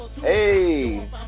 Hey